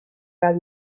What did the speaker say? rap